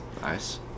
nice